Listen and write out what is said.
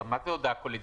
מה זה הודעה קולית?